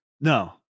no